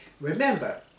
Remember